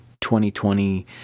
2020